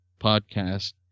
podcast